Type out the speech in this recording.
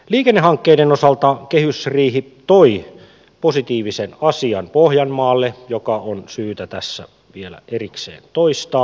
liikennehankkeiden osalta kehysriihi toi positiivisen asian pohjanmaalle joka on syytä tässä vielä erikseen toistaa